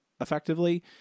effectively